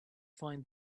find